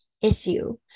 issue